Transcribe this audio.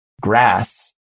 grass